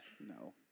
No